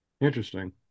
Interesting